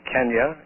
Kenya